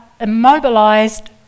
immobilised